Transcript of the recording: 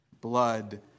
blood